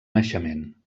naixement